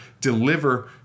deliver